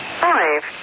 five